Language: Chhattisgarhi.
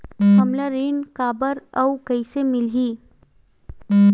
हमला ऋण काबर अउ कइसे मिलही?